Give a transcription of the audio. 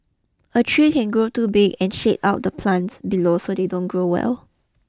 a tree can grow too big and shade out the plants below so they don't grow well